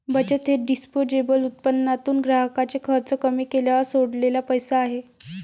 बचत हे डिस्पोजेबल उत्पन्नातून ग्राहकाचे खर्च कमी केल्यावर सोडलेला पैसा आहे